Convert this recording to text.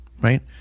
right